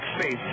faith